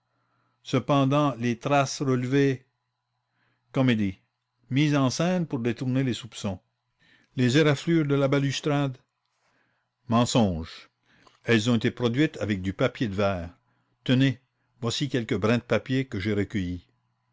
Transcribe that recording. cependant les traces de l'échelle comédie mise en scène pour détourner les soupçons les éraflures de la balustrade mensonge elles ont été produites avec du papier de verre tenez voici quelques brins de papier que j'ai recueillis